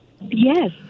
Yes